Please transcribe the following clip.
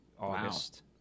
August